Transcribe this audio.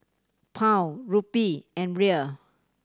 Pound Rupee and Riel